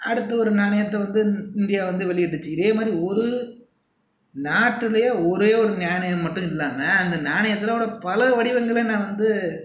அடுத்து ஒரு நாணயத்தை வந்து இந்தியா வந்து வெளியிட்டுச்சு இதே மாதிரி ஒரு நாட்டிலேயே ஒரே ஒரு நாணயம் மட்டும் இல்லாமல் அந்த நாணயத்தில் பல வடிவங்களை நான் வந்து